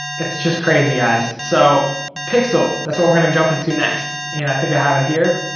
it's just crazy, guys. so pixel, that's what we're gonna jump into next. and i think i have it here.